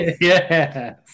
yes